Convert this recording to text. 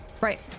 Right